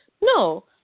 no